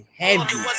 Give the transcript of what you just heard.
heavy